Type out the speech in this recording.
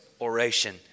oration